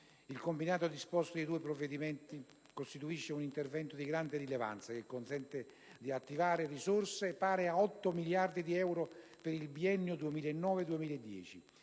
Il combinato disposto dei due provvedimenti costituisce un intervento di grande rilevanza, che consente di attivare risorse pari a 8 miliardi di euro per il biennio 2009-2010